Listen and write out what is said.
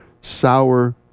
sour